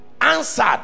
answered